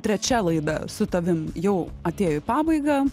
trečia laida su tavim jau atėjo į pabaigą